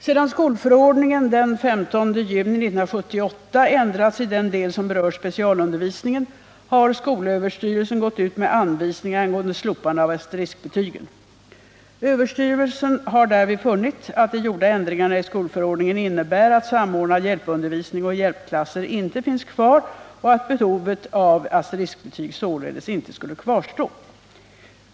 Sedan skolförordningen den 15 juni 1978 ändrats i den del som berör specialundervisningen har skolöverstyrelsen gått ut med anvisningar angående slopande av asteriskbetygen. Överstyrelsen har därvid funnit att de gjorda ändringarna i skolförordningen innebär att samordnad ' hjälpundervisning och hjälpklasser inte finns kvar och att behovet av asteriskbetyg således inte skulle kvarstå.